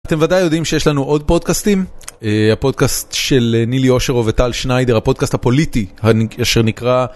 אתם ודאי יודעים שיש לנו עוד פודקאסטים, הפודקאסט של נילי אושרו וטל שניידר, הפודקאסט הפוליטי, אשר נקרא...